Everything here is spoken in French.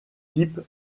type